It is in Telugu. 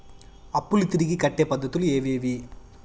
అప్పులు తిరిగి కట్టే పద్ధతులు ఏవేవి